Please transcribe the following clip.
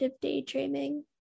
daydreaming